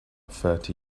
thirty